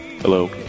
Hello